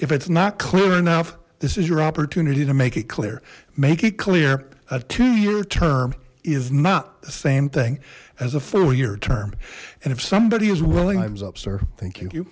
if it's not clear enough this is your opportunity to make it clear make it clear a two year term is not the same thing as a full year term and if somebody is willing to up sir thank you